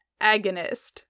agonist